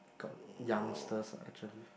got youngsters ah actually